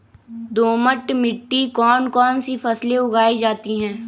दोमट मिट्टी कौन कौन सी फसलें उगाई जाती है?